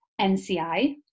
NCI